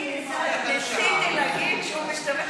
ניסיתי להגיד שהוא משתמש,